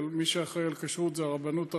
אבל מי שאחראי לכשרות זה הרבנות הראשית.